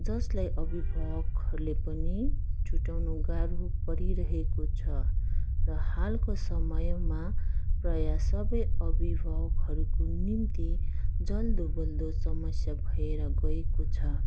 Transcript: जसलाई अभिभावकहरूले पनि छुटाउनु गाह्रो परिरहेको छ र हालको समयमा प्रायः सबै अभिभावकहरूको निम्ति जल्दो बल्दो समस्या भएर गएको छ